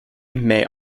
may